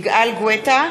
יגאל גואטה,